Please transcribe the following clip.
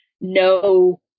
no